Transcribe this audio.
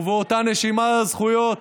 ובאותה נשימה, זכויות,